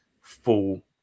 full